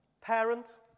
Parent